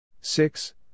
six